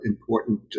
important